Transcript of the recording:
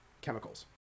chemicals